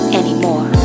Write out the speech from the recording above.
anymore